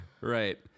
Right